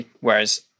whereas